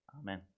Amen